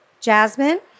Jasmine